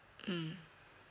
mmhmm